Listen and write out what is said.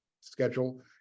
schedule